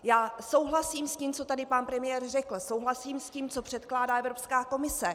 Já souhlasím s tím, co tady pan premiér řekl, souhlasím s tím, co překládá Evropská komise.